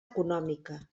econòmica